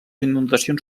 inundacions